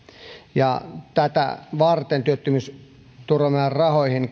ja tätä varten työttömyysturvamäärärahoihin